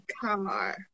car